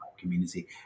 community